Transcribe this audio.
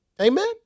Amen